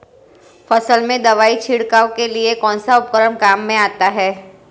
फसल में दवाई छिड़काव के लिए कौनसा उपकरण काम में आता है?